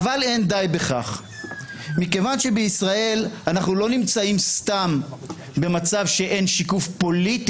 אין דמוקרטיה בעולם שבה אותה קבוצה קטנה רודה ושולטת בכל הציבור